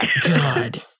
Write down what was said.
god